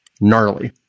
gnarly